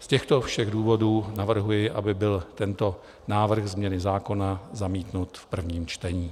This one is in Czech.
Z těchto všech důvodů navrhuji, aby byl tento návrh změny zákona zamítnut v prvním čtení.